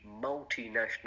multinational